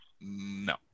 No